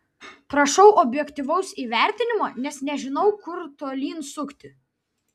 prašau objektyvaus įvertinimo nes nežinau kur tolyn sukti